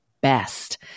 best